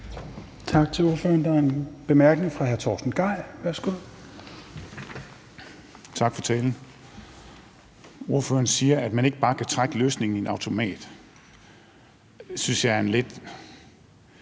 Tak til ordføreren. Der er en kort bemærkning fra hr. Torsten Gejl. Værsgo. Kl. 15:48 Torsten Gejl (ALT): Tak for talen. Ordføreren siger, at man ikke bare kan trække løsningen i en automat. Det synes jeg er en lidt